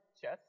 chess